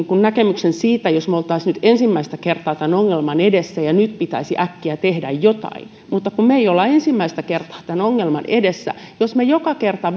näkemyksen jos me olisimme nyt ensimmäistä kertaa tämän ongelman edessä ja nyt pitäisi äkkiä tehdä jotain mutta kun me emme ole ensimmäistä kertaa tämän ongelman edessä jos me joka kerta